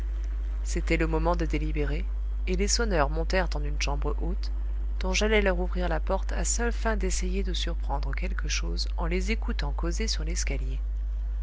c'était le moment de délibérer et les sonneurs montèrent en une chambre haute dont j'allai leur ouvrir la porte à seules fins d'essayer de surprendre quelque chose en les écoutant causer sur l'escalier